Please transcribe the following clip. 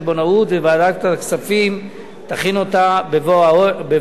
וועדת הכספים תכין אותה בבוא העת.